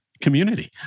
community